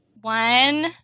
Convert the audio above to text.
One